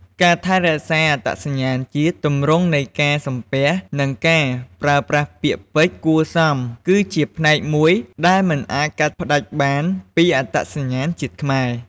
ការថែរក្សាអត្តសញ្ញាណជាតិ ទម្រង់នៃការសំពះ និងការប្រើប្រាស់ពាក្យពេចន៍គួរសមគឺជាផ្នែកមួយដែលមិនអាចកាត់ផ្ដាច់បានពីអត្តសញ្ញាណជាតិខ្មែរ ។